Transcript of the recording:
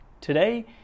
today